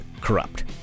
corrupt